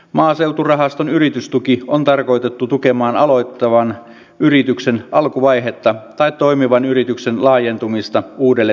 maaseuturahaston yritystuki on tarkoitettu tukemaan aloittavan yrityksen alkuvaihetta tai toimivan yrityksen laajentumista uudelle